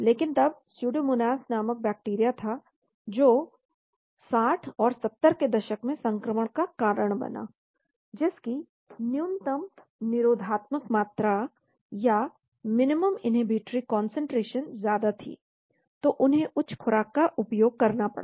लेकिन तब स्यूडोमोनास नामक बैक्टीरिया था जो 60 और 70 के दशक में संक्रमण का कारण बना जिसकी न्यूनतम निरोधात्मक मात्रा या मिनिमम इन्हिबिटरी कंसंट्रेशन ज्यादा थी तो उन्हें उच्च खुराक का उपयोग करना पड़ा